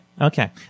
Okay